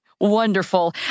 Wonderful